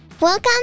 Welcome